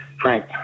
Frank